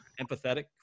empathetic